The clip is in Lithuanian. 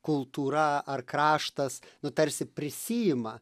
kultūra ar kraštas nu tarsi prisiima